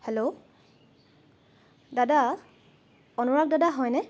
hello দাদা অনুৰাগ দাদা হয়নে